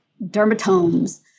dermatomes